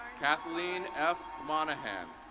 kathleen f. monahan.